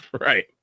Right